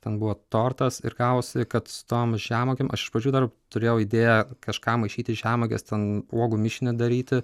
ten buvo tortas ir gavosi kad su tom žemuogėm aš iš pradžių dar turėjau idėją kažką maišyt į žemuoges ten uogų mišinį daryti